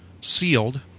sealed